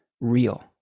real